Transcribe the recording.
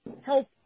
help